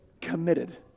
committed